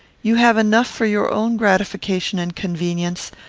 you have enough for your own gratification and convenience,